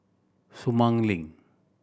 Sumang Link